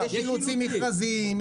יש אילוצים מכרזיים.